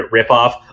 ripoff